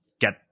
get